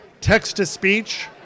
text-to-speech